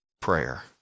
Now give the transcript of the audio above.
prayer